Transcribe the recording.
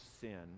sin